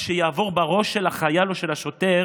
מה שיעבור בראש של החייל או של השוטר